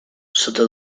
sota